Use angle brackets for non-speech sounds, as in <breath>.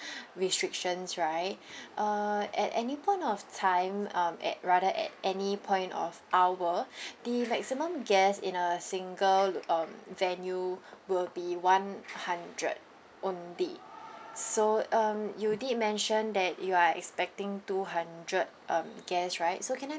<breath> restrictions right <breath> uh at any point of time um at rather at any point of hour <breath> the maximum guests in a single l~ um venue will be one hundred only so um you did mention that you are expecting two hundred um guests right so can I